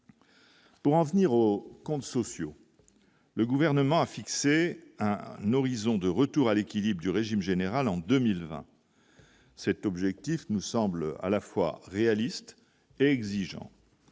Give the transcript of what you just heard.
pour en venir au comptes sociaux, le gouvernement a fixé à un horizon de retour à l'équilibre du régime général en 2020, cet objectif nous semble à la fois réaliste exigeant